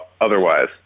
otherwise